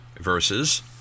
versus